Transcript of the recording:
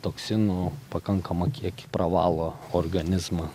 toksinų pakankamą kiekį pravalo organizmą